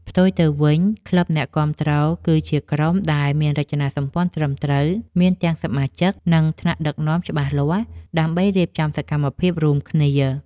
ផ្ទុយទៅវិញក្លឹបអ្នកគាំទ្រគឺជាក្រុមដែលមានរចនាសម្ព័ន្ធត្រឹមត្រូវ មានទាំងសមាជិក និង ថ្នាក់ដឹកនាំច្បាស់លាស់ដើម្បីរៀបចំសកម្មភាពរួមគ្នា។